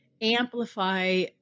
amplify